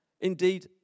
Indeed